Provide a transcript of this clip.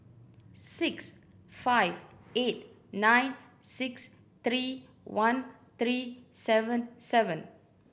six five eight nine six three one three seven seven